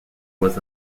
was